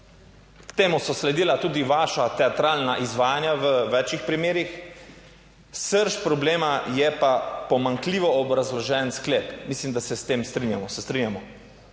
k temu so sledila tudi vaša teatralna izvajanja v večih primerih. Srž problema je pa pomanjkljivo obrazložen sklep, mislim, da se s tem strinjamo.